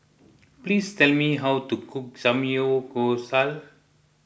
please tell me how to cook Samgeyopsal